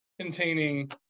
containing